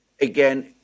again